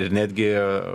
ir netgi